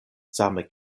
same